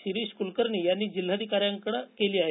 शिरीष कूलकर्णी यांनी जिल्हाधिकाऱ्यांकडे केली आहे